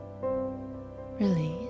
Release